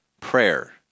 prayer